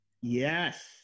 Yes